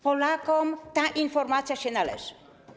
Polakom ta informacja się należy.